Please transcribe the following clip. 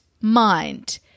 mind